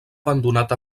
abandonat